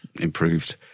improved